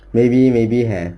maybe maybe have